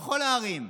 בכל הערים.